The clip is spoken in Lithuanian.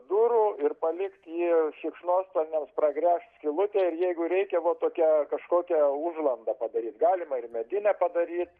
durų ir palikt jį šikšnosparniams pragręžt skylutę ir jeigu reikia vo tokią kažkokią užlandą padaryt galima ir medinę padaryt